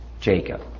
Jacob